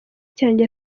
cyanjye